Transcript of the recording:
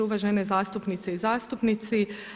Uvažene zastupnice i zastupnici.